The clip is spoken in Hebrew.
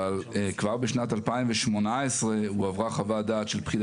אבל כבר בשנת 2018 הועברה חוות דעת של פקיד